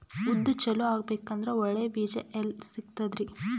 ಉದ್ದು ಚಲೋ ಆಗಬೇಕಂದ್ರೆ ಒಳ್ಳೆ ಬೀಜ ಎಲ್ ಸಿಗತದರೀ?